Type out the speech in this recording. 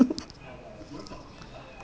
course eh முடிய நானு:mudiya naanu